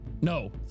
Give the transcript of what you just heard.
No